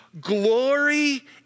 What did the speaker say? glory